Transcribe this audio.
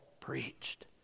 preached